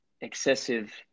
excessive